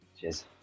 Cheers